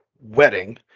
wedding